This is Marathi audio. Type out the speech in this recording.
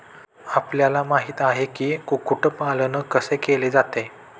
आपल्याला माहित आहे की, कुक्कुट पालन कैसे केले जाते?